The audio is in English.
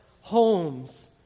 homes